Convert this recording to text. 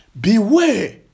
Beware